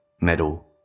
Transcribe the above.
metal